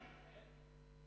כן.